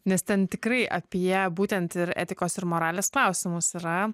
nes ten tikrai apie būtent ir etikos ir moralės klausimus yra